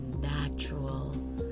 natural